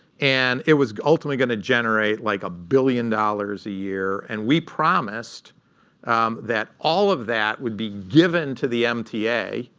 and it was ultimately going to generate like a billion dollars a year. and we promised that all of that would be given to the mta,